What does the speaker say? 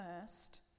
first